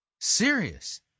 Serious